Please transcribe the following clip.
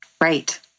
Right